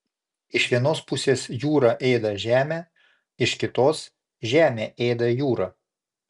iš vienos pusės jūra ėda žemę iš kitos žemė ėda jūrą